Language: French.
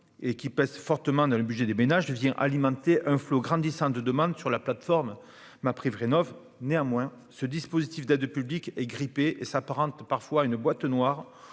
particulièrement depuis un an, vient alimenter un flot grandissant de demandes sur la plateforme MaPrimeRénov'. Néanmoins, ce dispositif d'aide publique est grippé. Il s'apparente parfois à une boîte noire